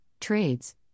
trades